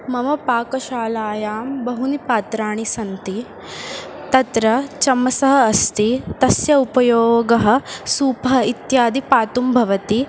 मम पाकशालायां बहूनि पात्राणि सन्ति तत्र चमसः अस्ति तस्य उपयोगः सूपः इत्यादि पातुं भवति